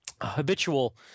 habitual